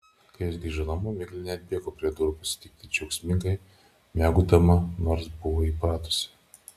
kai jos grįžo namo miglė neatbėgo prie durų pasitikti džiaugsmingai miaukdama nors buvo įpratusi